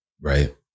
right